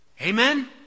Amen